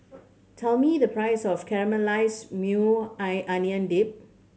tell me the price of Caramelized Maui Onion Dip